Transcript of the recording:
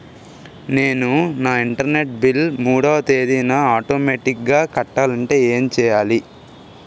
నేను నా internet bill మూడవ తేదీన ఆటోమేటిగ్గా కట్టాలంటే ఏం చేయాలి?